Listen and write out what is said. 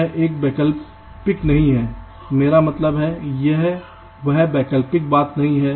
यह एक वैकल्पिक नहीं है मेरा मतलब है यह अब वैकल्पिक बात नहीं है